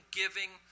giving